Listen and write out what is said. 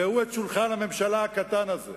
ראו את שולחן הממשלה הקטן הזה.